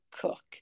Cook